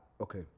okay